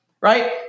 Right